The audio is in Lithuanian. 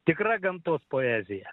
tikra gamtos poezija